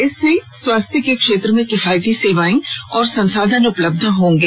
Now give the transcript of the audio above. इससे स्वास्थ्य के क्षेत्र में किफायती सेवाएं और संसाधन उपलब्ध होंगे